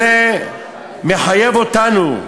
זה מחייב אותנו,